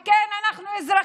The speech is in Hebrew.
וכן, אנחנו אזרחים,